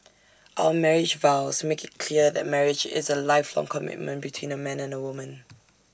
our marriage vows make IT clear that marriage is A lifelong commitment between A man and A woman